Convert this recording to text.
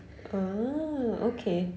ah okay